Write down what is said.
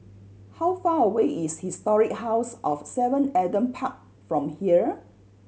how far away is Historic House of Seven Adam Park from here